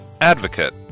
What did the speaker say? Advocate